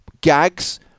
gags